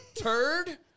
turd